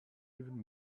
even